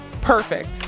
Perfect